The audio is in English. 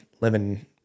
living